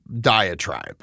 diatribe